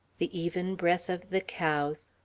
the even breath of the cows,